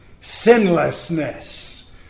sinlessness